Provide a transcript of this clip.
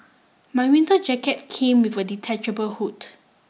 my winter jacket came with a detachable hood